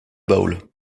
bowl